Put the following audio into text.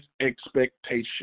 expectation